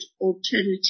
alternative